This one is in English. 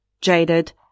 Jaded